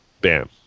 bam